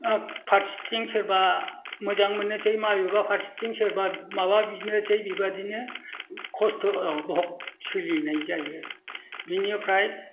फारसेथिं सोरबा मोजां मोननोसै माबेबा फारसेथिं सोरबा माबा बिनोसै बिबादिनो खस्थ' सोलिनाय जायो बिनिफ्राय